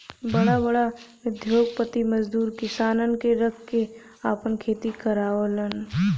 बड़ा बड़ा उद्योगपति मजदूर किसानन क रख के आपन खेती करावलन